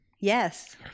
Yes